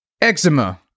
eczema